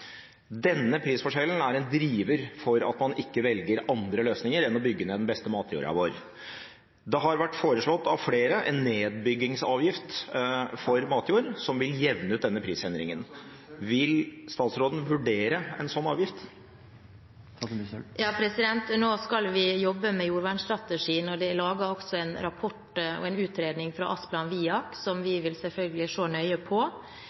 Denne prisforskjellen er en driver for at man ikke velger andre løsninger enn å bygge ned den beste matjorda vår. Det har vært foreslått av flere en nedbyggingsavgift for matjord som vil jevne ut denne prisendringen. Vil statsråden vurdere en sånn avgift? Nå skal vi jobbe med jordvernstrategien, og det er også laget en rapport og en utredning fra Asplan Viak som vi selvfølgelig vil se nøye på,